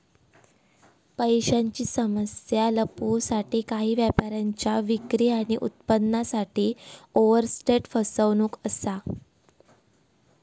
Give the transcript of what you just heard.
पैशांची समस्या लपवूसाठी काही व्यापाऱ्यांच्या विक्री आणि उत्पन्नासाठी ओवरस्टेट फसवणूक असा